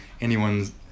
anyone's